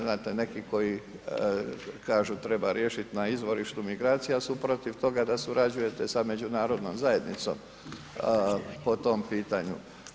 Znate, neki koji kažu treba riješiti na izvorištu migracija su protiv toga da surađujete sa Međunarodnom zajednicom po tom pitanju.